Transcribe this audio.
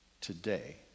today